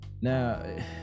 Now